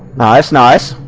nice nice,